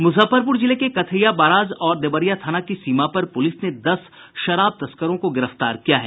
मुजफ्फरपुर जिले के कथैया बाराज और देवरिया थाना की सीमा पर पुलिस ने दस शराब तस्करों को गिरफ्तार किया है